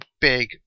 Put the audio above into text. big